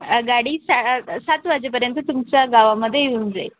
गाडी सहा सात वाजेपर्यंत तुमच्या गावामध्ये येऊन जाईल